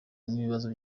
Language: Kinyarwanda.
n’ibibazo